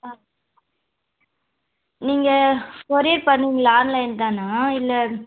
ஆ நீங்கள் கொரியர் பண்ணுவீங்களா ஆன்லைன் தானா இல்லை